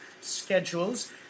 schedules